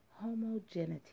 homogeneity